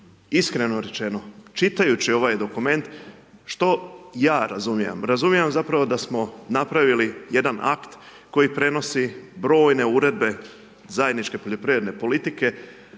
Iskreno rečeno, čitajući ovaj dokument što ja razumijem, razumijem zapravo da smo napravili jedan akt, koji prenosi brojne uredbe zajedničke poljoprivredne politike,